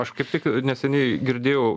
aš kaip tik neseniai girdėjau